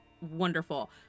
wonderful